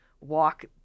walk